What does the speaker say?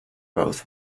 both